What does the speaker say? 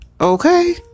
Okay